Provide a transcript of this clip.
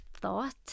thought